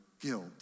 guilt